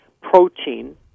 protein